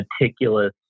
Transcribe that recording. meticulous